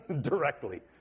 directly